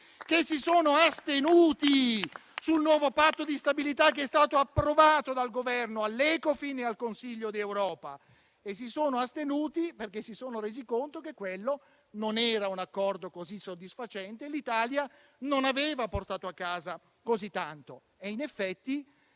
che si sono astenuti sul nuovo Patto di stabilità che è stato approvato dal Governo all'Ecofin e al Consiglio europeo. Si sono astenuti perché si sono resi conto che quello non era un accordo così soddisfacente e che l'Italia non aveva portato a casa così tanto.